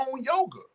yoga